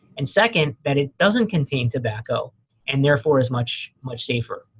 and, second, that it doesn't contain tobacco and therefore is much, much safer.